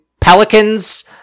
pelicans